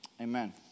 Amen